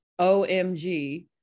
OMG